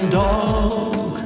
dog